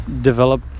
develop